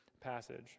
passage